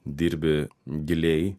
dirbi giliai